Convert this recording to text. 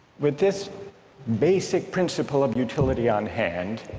with this basic principle of utility on hand,